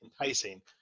enticing